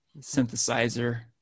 synthesizer